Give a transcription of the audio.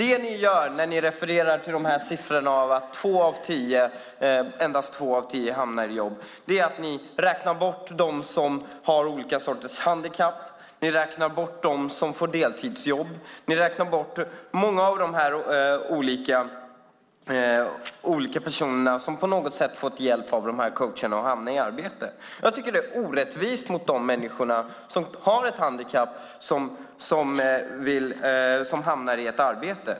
Det ni gör när ni refererar till de här siffrorna om att endast två av tio hamnar i jobb är att ni räknar bort dem som har olika sorters handikapp, dem som får deltidsjobb och många av de andra olika personer som på något sätt fått hjälp av de här coacherna och hamnat i arbete. Det är orättvist mot de människor som har ett handikapp och hamnar i arbete.